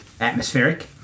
atmospheric